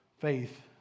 faith